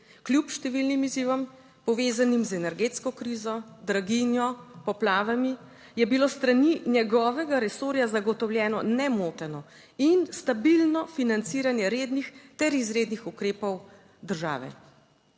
Kljub številnim izzivom, povezanim z energetsko krizo, draginjo, poplavami je bilo s strani njegovega resorja zagotovljeno nemoteno in stabilno financiranje rednih ter izrednih ukrepov države.